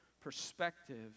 perspective